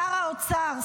שר האוצר,